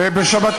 חוץ מלאכול גלידה.